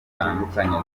zitandukanye